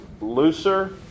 Looser